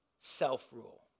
self-rule